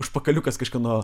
užpakaliukas kažkieno